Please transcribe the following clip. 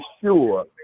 sure